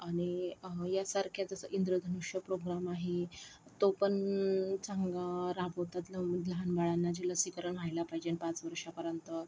आणि यासारख्या जसं इंद्रधनुष्य प्रोग्राम आहे तो पण चांग राबवतात लहान बाळांना जे लसीकरण व्हायला पाहिजेन पाच वर्षांपर्यंत